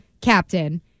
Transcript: captain